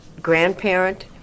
Grandparent